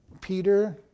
Peter